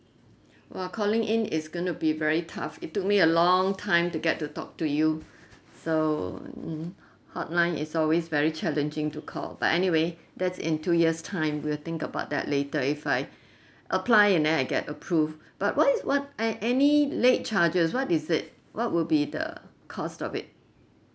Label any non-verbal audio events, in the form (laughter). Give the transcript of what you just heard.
!wah! calling in is gonna be very tough it took me a long time to get to talk to you so mm hotline is always very challenging to call but anyway that's in two years time will think about that later if I (breath) apply and then I get approved but what is what a~ any late charges what is it what would be the cost of it